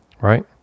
right